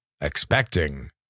expecting